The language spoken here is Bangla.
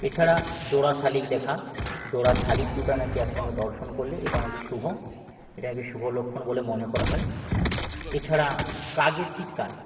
এছাড়া জোড়া শালিক দেখা জোড়া শালিক দুটা না কি একসঙ্গে দর্শন করলে এটা না কি শুভ এটা না কি শুভ লক্ষণ বলে মনে করা হয় এছাড়া কাকের চিৎকার